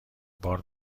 بار